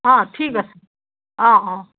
অঁ ঠিক আছে অঁ অঁ